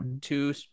two